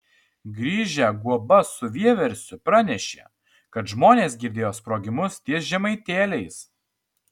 grįžę guoba su vieversiu pranešė kad žmonės girdėjo sprogimus ties žemaitėliais